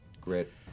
Grit